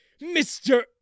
Mr